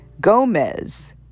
Gomez